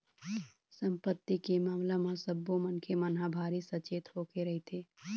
संपत्ति के मामला म सब्बो मनखे मन ह भारी सचेत होके रहिथे